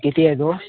किती आहे तो